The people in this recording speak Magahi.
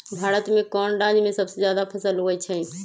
भारत में कौन राज में सबसे जादा फसल उगई छई?